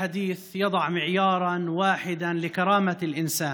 החדית' הזה מציב סטנדרט אחד לכבוד האדם,